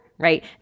right